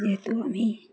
যেহেতু আমি